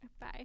Bye